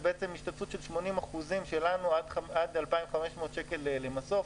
השתתפות של 80% שלנו עד 2,500 שקל למסוף.